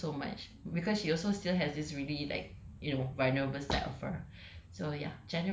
I really love her so much because she also still has this really like you know vulnerable side of her